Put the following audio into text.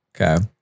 Okay